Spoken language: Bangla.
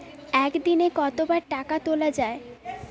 একদিনে কতবার টাকা তোলা য়ায়?